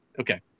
Okay